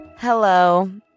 Hello